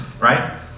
Right